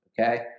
Okay